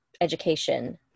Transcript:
education